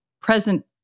present